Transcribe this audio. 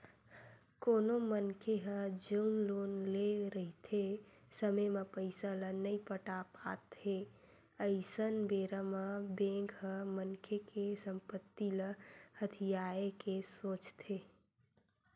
कोनो मनखे ह जउन लोन लेए रहिथे समे म पइसा ल नइ पटा पात हे अइसन बेरा म बेंक ह मनखे के संपत्ति ल हथियाये के सोचथे